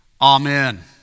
Amen